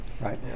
Right